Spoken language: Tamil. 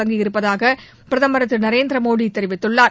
தொடங்கியிருப்பதாக பிரதமர் திரு நரேந்திர மோடி தெரிவித்துள்ளார்